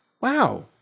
Wow